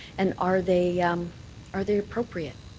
and are they are they appropriate?